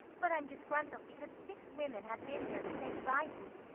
but i'm disgruntled because six women have been here to say good-bye to me,